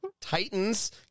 Titans